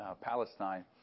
Palestine